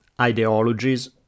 ideologies